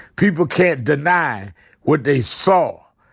people can't deny what they saw.